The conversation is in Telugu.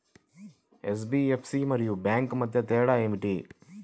ఎన్.బీ.ఎఫ్.సి మరియు బ్యాంక్ మధ్య తేడా ఏమిటీ?